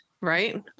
right